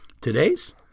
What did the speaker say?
Today's